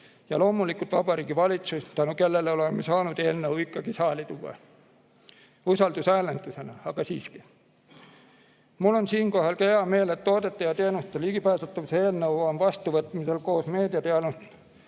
Ja loomulikult Vabariigi Valitsust, tänu kellele oleme saanud eelnõu ikkagi saali tuua. Usaldushääletusena, aga siiski. Mul on siinkohal ka hea meel, et toodete ja teenuste ligipääsetavuse eelnõu on vastuvõtmisel koos meediateenuste